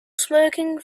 smoking